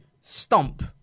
stomp